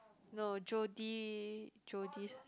no Jodi Jodi